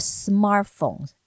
smartphones